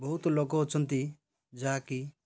ବହୁତ ଲୋକ ଅଛନ୍ତି ଯାହାକି